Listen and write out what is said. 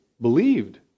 believed